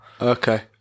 Okay